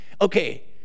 Okay